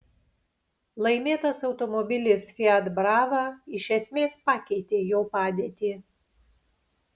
laimėtas automobilis fiat brava iš esmės pakeitė jo padėtį